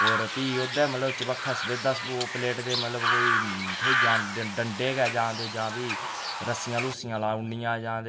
होर फ्ही ओह्दे मतलब चबक्खै सफेदा पलेटदे मतलब कोई डंडे गै जां ते जां फ्ही रस्सियां रुसियां लाई ओड़नियां जां ते बगैरा